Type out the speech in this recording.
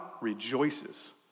rejoices